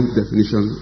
definition